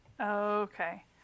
Okay